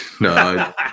No